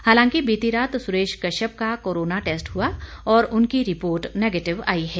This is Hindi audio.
हालांकि बीती रात सुरेश कश्यप का कोरोना टेस्ट हुआ और उनकी रिपोर्ट नेगेटिव आई है